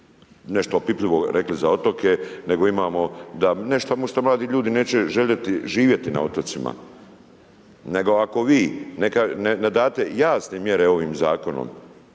nešto opipljivo rekli za otoke nego imamo, ne što mladi ljudi neće željeti živjeti na otocima. Nego ako vi ne date jasne mjere ovim zakonom.